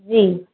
जी